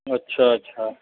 अछा अछा